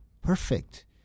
perfect